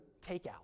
takeout